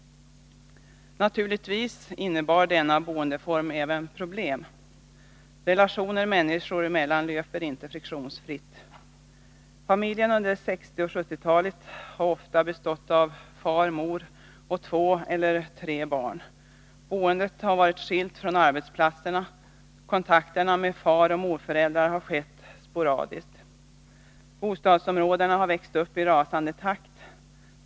Naturligtvis innebar denna boendeform även problem. Relationer människor emellan löper inte friktionsfritt. Familjen under 1960 och 1970-talen bestod ofta av far, mor och två eller tre barn. Boendet var skilt från arbetsplatserna. Kontakterna med faroch morföräldrar skedde sporadiskt. Bostadsområdena växte upp i rasande takt.